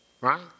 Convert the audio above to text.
right